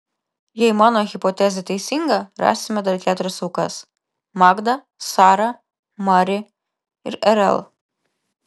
jei mano hipotezė teisinga rasime dar keturias aukas magdą sarą mari ir rl